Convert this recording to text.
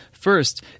First